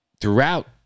throughout